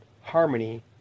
harmony